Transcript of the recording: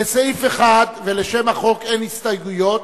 לסעיף 1 ולשם החוק אין הסתייגויות,